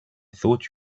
thought